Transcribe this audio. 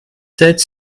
sept